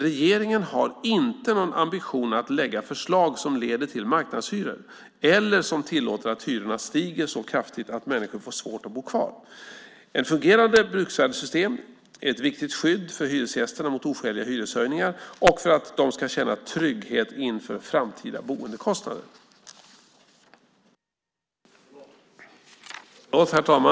Regeringen har inte någon ambition att lägga fram förslag som leder till marknadshyror eller som tillåter att hyrorna stiger så kraftigt att människor får svårt att bo kvar. Ett fungerande bruksvärdessystem är ett viktigt skydd för hyresgästerna mot oskäliga hyreshöjningar och för att de ska känna trygghet inför framtida boendekostnader.